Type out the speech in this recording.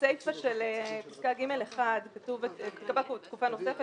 בסיפה של פסקה (ג1) כתוב "תקופה נוספת